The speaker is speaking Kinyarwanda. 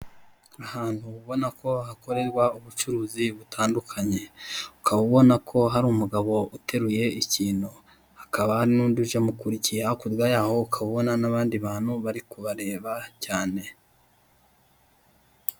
Ahantu ubona ko hakorerwa ubucuruzi butandukanye ukaba ubona ko hari umugabo uteruye ikintu, hakaba hari n'undi uje amukurikiye hakurya yaho ukaba ubona n'abandi bantu bari kubareba cyane.